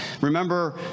Remember